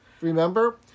Remember